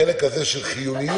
החלק הזה של חיוניות